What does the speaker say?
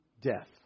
death